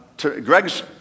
Greg's